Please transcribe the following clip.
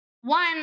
one